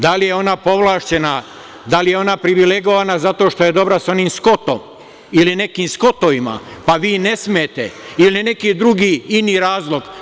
Da li je ona povlašćena, da li je ona privilegovana zato što je dobra sa onim Skotom ili nekim skotovima, pa vi ne smete ili neki drugi razlog?